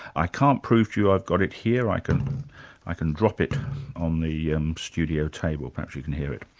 i can't prove to you i've got it here, i can i can drop it on the studio table, perhaps you can hear it.